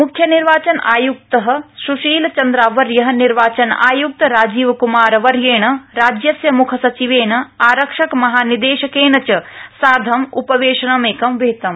म्ख्य निर्वाचन आय्क्त स्शील चन्द्रावर्य निर्वाचन आय्क्त राजीव क्मारवर्येण राज्यस्य म्ख्यसचिवेन आरक्षक महानिदेशकेन च सार्ध उपवेशनमेकं विहितम्